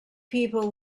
people